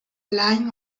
line